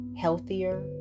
healthier